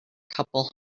couple